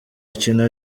akina